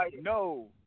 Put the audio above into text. No